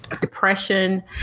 depression